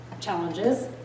challenges